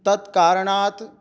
तत्कारणात्